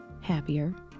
happier